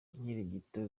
inkirigito